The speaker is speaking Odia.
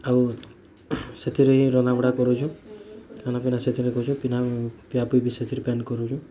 ଆଉ ସେଥିରେ ହିଁ ରନ୍ଧାବଢ଼ା କରୁଛୁଁ ଖାନା ପିନା ସେଥିରେ କରୁଛୁଁ ପିନା ପିଆ ପିଇ ବି ସେଥିରେ ପାନ୍ କରୁଛୁଁ